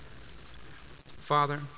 Father